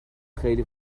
خیلی